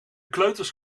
kleuters